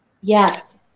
yes